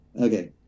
Okay